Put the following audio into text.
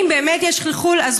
ואם באמת יש חלחול,